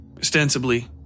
Ostensibly